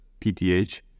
PTH